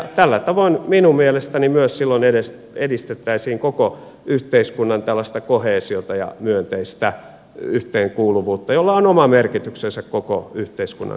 tällä tavoin minun mielestäni myös silloin edistettäisiin koko yhteiskunnan tällaista koheesiota ja myönteistä yhteenkuuluvuutta jolla on oma merkityksensä koko yhteiskunnan kannalta